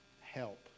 help